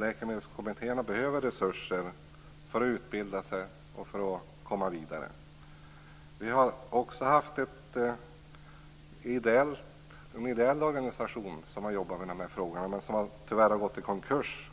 Läkemedelskommittéerna behöver resurser för att utbilda sig och för att komma vidare. Det har också funnits en ideell organisation som har jobbat med dessa frågor men som tyvärr har gått i konkurs.